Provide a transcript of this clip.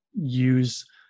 use